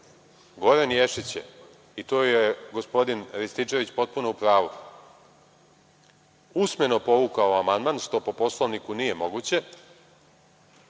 Ješić je i tu je gospodin Rističević potpuno u pravu, usmeno povukao amandman, što po Poslovniku nije moguće,